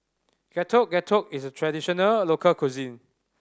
Getuk Getuk is a traditional local cuisine